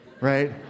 right